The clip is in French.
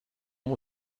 mon